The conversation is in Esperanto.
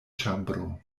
ĉambro